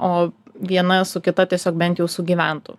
o viena su kita tiesiog bent jau sugyventų